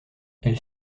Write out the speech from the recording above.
elle